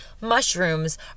Mushrooms